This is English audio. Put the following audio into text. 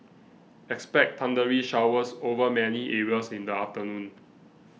expect thundery showers over many areas in the afternoon